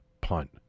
punt